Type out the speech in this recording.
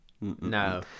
no